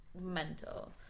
mental